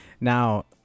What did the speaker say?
Now